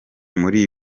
muri